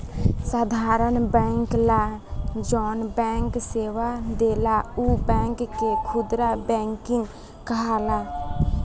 साधारण लोग ला जौन बैंक सेवा देला उ बैंक के खुदरा बैंकिंग कहाला